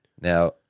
Now